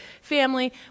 family